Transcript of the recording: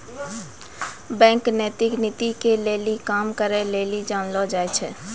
bank नैतिक नीति के लेली काम करै लेली जानलो जाय छै